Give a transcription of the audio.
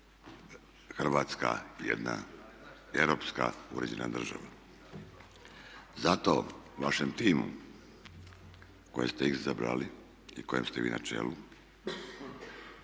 Hrvatska jedna europska uređena država. Zato vašem timu koje ste izabrali i kojem ste vi na čelu